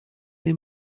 they